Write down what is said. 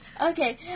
Okay